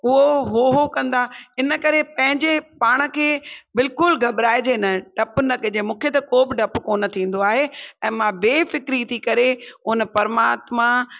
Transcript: उहे हो हो कंदा इनकरे पंहिंजे पाण खे बिल्कुलु घबराइजे न डपु न कजे मूंखे त को बि डपु कोन थींदो आहे ऐं मां ॿे फ़िक्री थी करे हुन परमात्मा